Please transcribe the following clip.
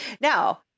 Now